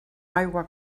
aigua